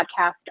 podcast